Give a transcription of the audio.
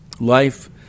Life